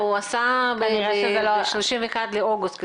הוא עשה ב-31 באוגוסט,